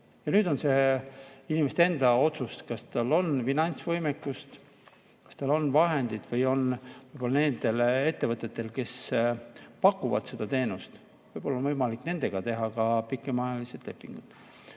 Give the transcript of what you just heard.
Ja nüüd on see inimeste enda otsus, kas neil on finantsvõimekust, kas neil on vahendeid või on võib-olla nendel ettevõtetel, kes pakuvad seda teenust, võib-olla on võimalik nendega teha ka pikemaajalised lepingud.